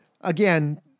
again